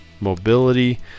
mobility